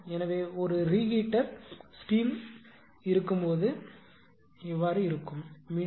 எனவே ஒரு reheater steam இருக்கும்போது மீண்டும்